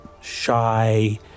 shy